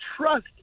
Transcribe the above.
trust